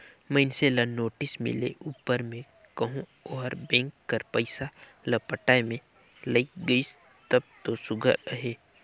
मइनसे ल नोटिस मिले उपर में कहो ओहर बेंक कर पइसा ल पटाए में लइग गइस तब दो सुग्घर अहे